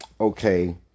Okay